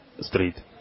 Street